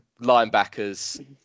linebackers